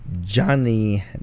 Johnny